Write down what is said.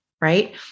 right